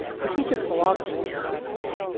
who teaches philosophy at m i t,